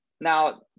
Now